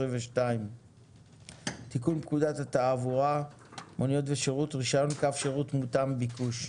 22 תיקון פקודת התעבורה מוניות ושירות רישיון קו שירות מותאם ביקוש.